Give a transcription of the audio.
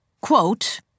Quote